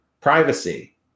privacy